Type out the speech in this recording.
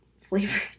Flavored